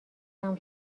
تموم